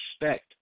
respect